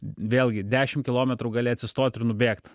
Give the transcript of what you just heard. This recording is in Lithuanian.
vėlgi dešimt kilometrų gali atsistot ir nubėgt